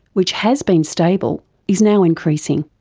which has been stable. is now increasing.